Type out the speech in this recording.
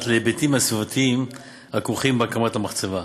להיבטים הסביבתיים הכרוכים בהקמת המחצבה.